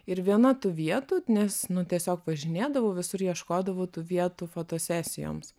ir viena tų vietų nes nu tiesiog važinėdavau visur ieškodavau tų vietų fotosesijoms